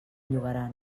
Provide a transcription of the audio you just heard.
llogaran